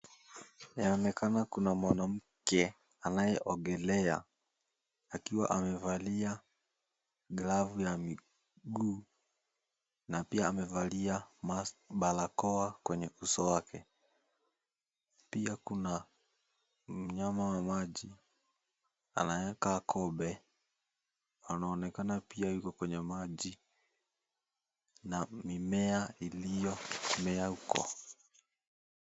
Inaonekana kuna mwanamke anayeogelea akiwa amevalia glavu ya miguu na pia amevalia barakoa kwenye uso wake. Pia kuna mnyama wa maji anayekaa kobe anaonekana pia yuko kwenye maji na mimea iliyo mea huko.